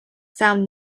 found